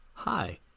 Hi